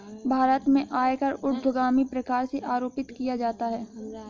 भारत में आयकर ऊर्ध्वगामी प्रकार से आरोपित किया जाता है